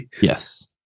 Yes